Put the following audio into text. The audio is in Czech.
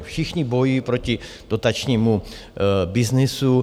Všichni bojují proti dotačnímu byznysu.